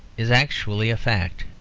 is actually a fact,